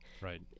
Right